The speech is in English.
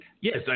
yes